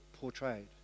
portrayed